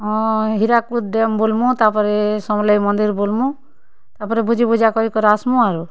ହଁ ହିରାକୁଦ୍ ଡ଼୍ୟାମ୍ ବୁଲ୍ମୁ ତାପରେ ସମଲେଇ ମନ୍ଦିର୍ ବୁଲ୍ମୁ ତାପରେ ଭୋଜିଭୁଜା କରିକରି ଆସ୍ମୁ ଆରୁ